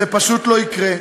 שזה פשוט לא יקרה.